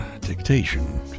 dictation